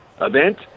event